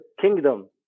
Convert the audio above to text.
Kingdom